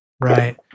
right